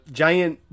giant